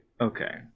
okay